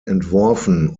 entworfen